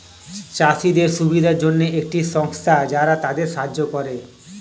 চাষীদের সুবিধার জন্যে একটি সংস্থা যারা তাদের সাহায্য করে